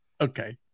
Okay